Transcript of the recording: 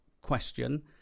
question